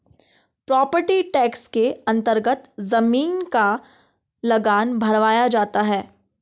property tax के अन्तर्गत जमीन का लगान भरवाया जाता है